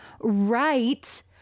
right